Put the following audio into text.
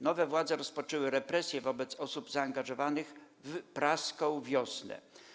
Nowe władze rozpoczęły represje wobec osób zaangażowanych w 'Praską wiosnę'